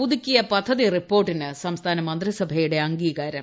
പുതുക്കിയ പദ്ധതി റിപ്പോർട്ടിന് സംസ്ഥാന മന്ത്രിസഭയുടെ അംഗീകാരം